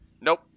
Nope